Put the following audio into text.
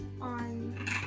on